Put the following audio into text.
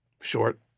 short